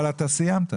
אבל אתה סיימת.